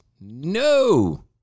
No